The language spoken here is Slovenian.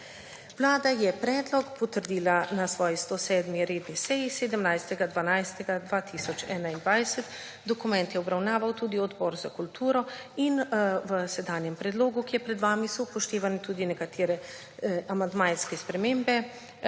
Vlada je predlog potrdila na svoji 107. redni seji 17. 12. 2021. Dokument je obravnaval tudi Odbor za kulturo. In v sedanjem predlogu, ki je pred vami, so upoštevane tudi nekatere amandmajske spremembe,